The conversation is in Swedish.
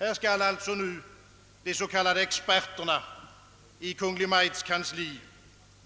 Nu skall alltså de s.k. experterna i Kungl. Maj:ts kansli